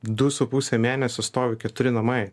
du su puse mėnesio stovi keturi namai